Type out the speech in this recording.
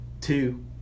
two